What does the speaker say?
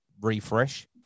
refresh